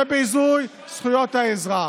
זה ביזוי זכויות האזרח.